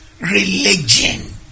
Religion